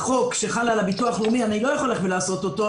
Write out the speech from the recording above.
מן החוק שחל על הביטוח הלאומי אני לא יכול לעשות אותו.